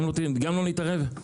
גם אז לא נתערב?